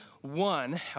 One